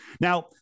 Now